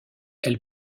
elle